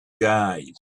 guys